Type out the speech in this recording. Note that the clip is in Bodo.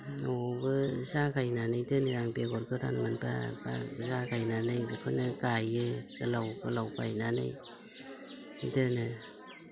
न'आवबो जागायनानै दोनो आं बेगर गोदान मोनबा बा जागायनानै बेखौनो गायो गोलाव गोलाव गायनानै दोनो